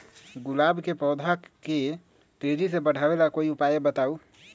गुलाब के पौधा के तेजी से बढ़ावे ला कोई उपाये बताउ?